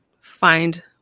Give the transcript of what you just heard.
find